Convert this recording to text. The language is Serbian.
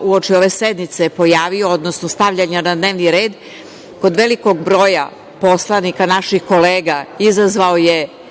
uoči ove sednice pojavio, odnosno stavljen je na dnevni red, kod velikog broja poslanika, naših kolega, izazvao je